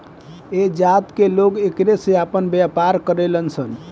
ऐह जात के लोग एकरे से आपन व्यवसाय करेलन सन